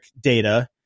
data